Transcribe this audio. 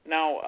Now